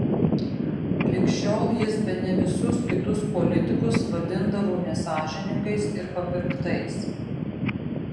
lig šiol jis bene visus kitus politikus vadindavo nesąžiningais ir papirktais